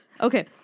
Okay